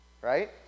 right